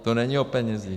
To není o penězích.